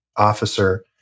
Officer